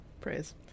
praise